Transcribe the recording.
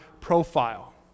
profile